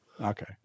Okay